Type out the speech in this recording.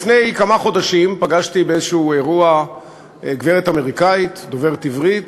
לפני כמה חודשים פגשתי באיזשהו אירוע גברת אמריקנית דוברת עברית